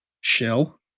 shell